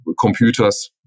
computers